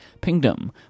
Pingdom